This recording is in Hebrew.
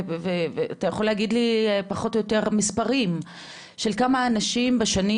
אתה יכול להגיד לי פחות או יותר מספרים של כמה אנשים בשנים,